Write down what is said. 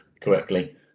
correctly